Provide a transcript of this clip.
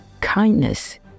kindness